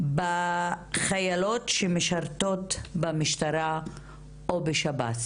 בחיילות שמשרתות במשטרה או בשירות בתי הסוהר.